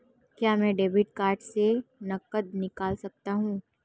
क्या मैं credit card से नकद निकाल सकता हूँ?